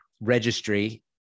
registry